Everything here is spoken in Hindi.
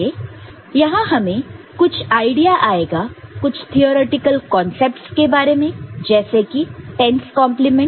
यहां हमें कुछ आईडिया आएगा कुछ थीरइटिकल कांसेप्टस के बारे में जैसे कि 10's कंप्लीमेंट